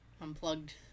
unplugged